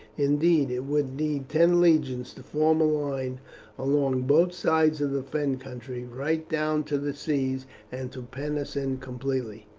indeed, it would need ten legions to form a line along both sides of the fen country right down to the sea and to pen us in completely.